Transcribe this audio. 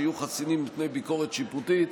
שיהיו חסינים מפני ביקורת שיפוטית.